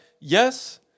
Yes